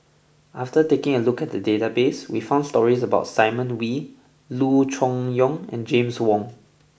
after taking a look at the database we found stories about Simon Wee Loo Choon Yong and James Wong